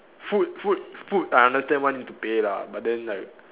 food food food I understand why need to pay lah but then like